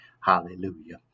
Hallelujah